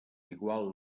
igual